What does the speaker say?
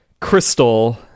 crystal